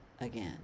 again